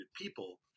people